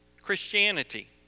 Christianity